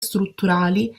strutturali